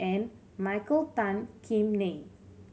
and Michael Tan Kim Nei